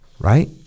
Right